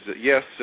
Yes